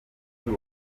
cy’u